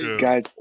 guys